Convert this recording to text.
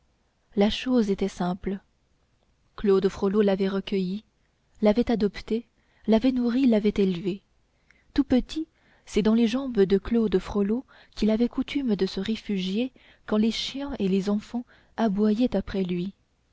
la chose était simple claude frollo l'avait recueilli l'avait adopté l'avait nourri l'avait élevé tout petit c'est dans les jambes de claude frollo qu'il avait coutume de se réfugier quand les chiens et les enfants aboyaient après lui